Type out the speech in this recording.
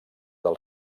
del